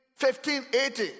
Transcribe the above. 1580